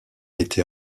été